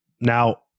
Now